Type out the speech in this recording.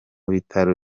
bitaro